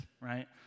right